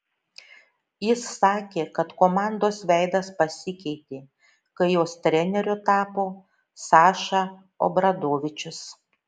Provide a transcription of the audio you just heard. jis sakė kad komandos veidas pasikeitė kai jos treneriu tapo saša obradovičius